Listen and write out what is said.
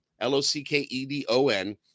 L-O-C-K-E-D-O-N